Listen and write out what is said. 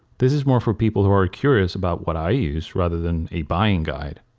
this is more for people who are curious about what i use rather than a buying guide.